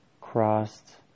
crossed